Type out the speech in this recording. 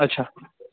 अच्छा